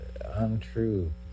untrue